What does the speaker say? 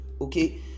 okay